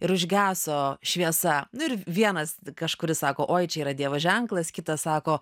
ir užgeso šviesa nu ir vienas kažkuris sako oi čia yra dievo ženklas kitas sako